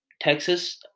Texas